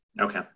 Okay